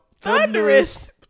thunderous